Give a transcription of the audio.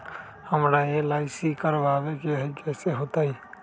हमरा एल.आई.सी करवावे के हई कैसे होतई?